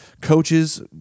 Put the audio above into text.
coaches